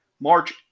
March